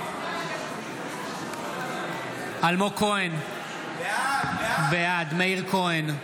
נגד אלמוג כהן - בעד מאיר כהן,